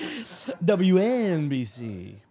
WNBC